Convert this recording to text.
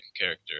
character